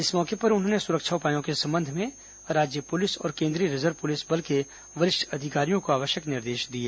इस मौके पर उन्होंने सुरक्षा उपायों के संबंध में राज्य पुलिस और केंद्रीय रिजर्व बल प्लिस के वरिष्ठ अधिकारियों को आवश्यक निर्देश दिए